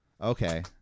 okay